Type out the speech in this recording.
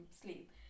sleep